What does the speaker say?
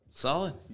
solid